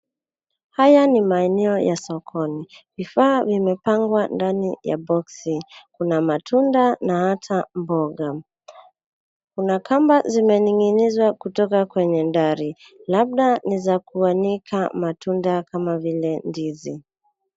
Haya ni maeneo ya soko no. Vifaa vimepangwa ndani ya boksi. Kuna matunda na hata mboga. Kuna kamba zimening'inizwa kutoka kwenye dari. Labda ni za kuandika matunda kama vile ndizi.